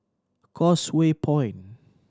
Causeway Point